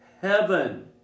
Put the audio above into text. heaven